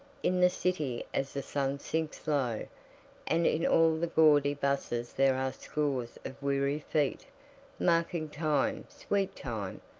in the city as the sun sinks low and in all the gaudy busses there are scores of weary feet marking time, sweet time,